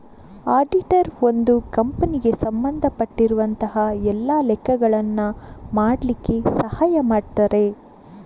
auditor ಒಂದು ಕಂಪನಿಗೆ ಸಂಬಂಧ ಪಟ್ಟಿರುವಂತಹ ಎಲ್ಲ ಲೆಕ್ಕಗಳನ್ನ ಮಾಡ್ಲಿಕ್ಕೆ ಸಹಾಯ ಮಾಡ್ತಾರೆ